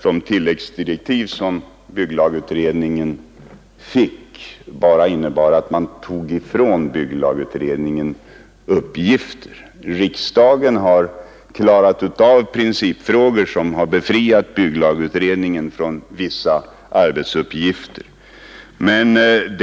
De tilläggsdirektiv, som bygglagutredningen fick, innebar väl inte bara att man tog ifrån bygglagutredningen uppgifter, herr Tobé. Riksdagen har klarat av en del principfrågor, som befriat bygglagutredningen från vissa arbetsuppgifter.